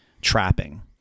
trapping